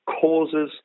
causes